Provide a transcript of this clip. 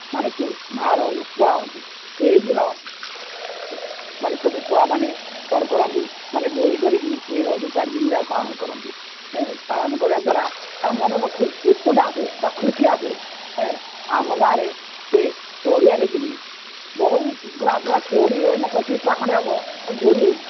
ମାନେ ମାଆ ଋତୁସ୍ରାବ ହୁଅନ୍ତି ସେହିଦିନ ମାନେ ଛୋଟ ଛୁଆମାନେ କ'ଣ କରନ୍ତି ମାନେ ଦୋଳି କରିକି ଏହି ରଜ ଚାରିଦିନ ଯାକ ପାଳନ କରନ୍ତି ପାଳନ କରିବା ଦ୍ୱାରା ତାଙ୍କ ମନରେ ଗୋଟିଏ ଉତ୍କଣ୍ଠା ଆସେ ବା ଖୁସି ଆସେ ଆମ ଗାଁରେ ପଡ଼ିଆରେ କିନି ବହୁତ ପୁରା ପୁରା କୋଡ଼ିଏଟା କି ପଚିଶଟା ଖଣ୍ଡ ହେବ ଦୋଳି ହୋଇଛି